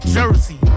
Jersey